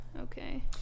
Okay